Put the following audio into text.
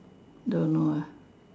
don't know ah